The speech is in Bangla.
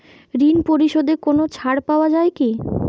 ঋণ পরিশধে কোনো ছাড় পাওয়া যায় কি?